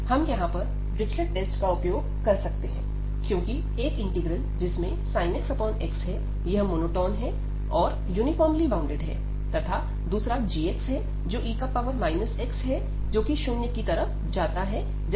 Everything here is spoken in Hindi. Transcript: हम यहां पर डिरिचलेट टेस्ट का उपयोग कर सकते हैं क्योंकि एक इंटीग्रल जिसमें sin x x है यह मोनोटॉन और यूनिफॉर्मली बाउंडेड है तथा दूसरा g है जो e x है जो कि शून्य की तरफ जाता है जब x→∞